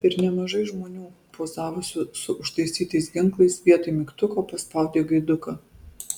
ir nemažai žmonių pozavusių su užtaisytais ginklais vietoj mygtuko paspaudė gaiduką